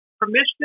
permission